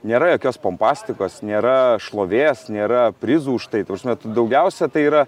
nėra jokios pompastikos nėra šlovės nėra prizų už tai ta prasme daugiausia tai yra